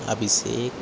अभिषेकः